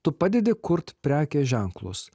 tu padedi kurt prekės ženklus